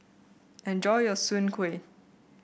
enjoy your Soon Kway